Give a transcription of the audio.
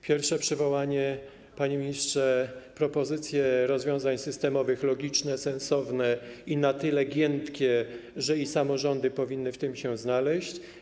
Pierwsze przywołanie, panie ministrze - propozycje rozwiązań systemowych logiczne, sensowne i na tyle giętkie, że i samorządy powinny w tym się znaleźć.